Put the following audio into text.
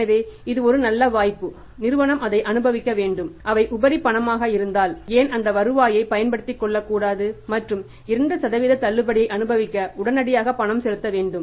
எனவே இது ஒரு நல்ல வாய்ப்பு நிறுவனம் அதை அனுபவிக்க வேண்டும் அவை உபரி பணமாக இருந்தால் ஏன் அந்த வாய்ப்பைப் பயன்படுத்திக் கொள்ளக்கூடாது மற்றும் 2 தள்ளுபடியை அனுபவிக்க உடனடியாக பணம் செலுத்த வேண்டும்